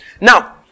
now